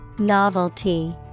Novelty